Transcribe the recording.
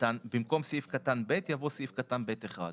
במקום סעיף קטן (ב) יבוא סעיף קטן (ב)(1).